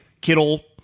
Kittle